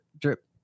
drip